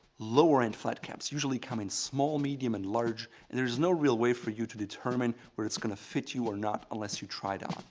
lower end flat caps usually come in small, medium, and large, and there's no real way for you to determine wether it's gonna fit you or not unless you try it out.